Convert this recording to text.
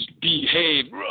Behave